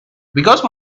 because